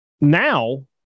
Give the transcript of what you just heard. now